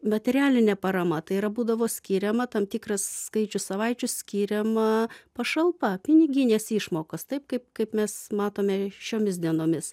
materialinė parama tai yra būdavo skiriama tam tikras skaičius savaičių skiriama pašalpa piniginės išmokos taip kaip kaip mes matome šiomis dienomis